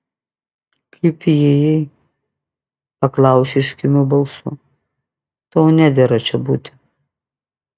kaip įėjai paklausė jis kimiu balsu tau nedera čia būti